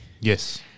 Yes